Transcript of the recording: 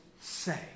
say